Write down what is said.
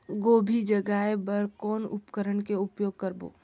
गोभी जगाय बर कौन उपकरण के उपयोग करबो?